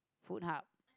food hub